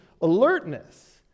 alertness